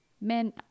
men